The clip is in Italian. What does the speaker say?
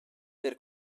per